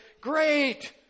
Great